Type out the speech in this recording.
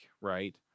right